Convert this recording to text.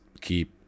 keep